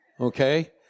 Okay